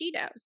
Cheetos